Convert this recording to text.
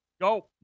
Go